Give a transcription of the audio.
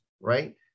right